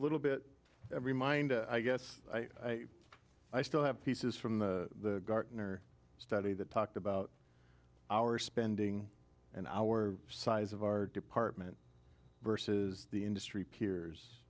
little bit remind i guess i still have pieces from the gartner study that talked about our spending and our size of our department versus the industry peers